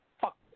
fuck